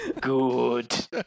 good